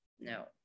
no